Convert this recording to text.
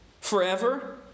forever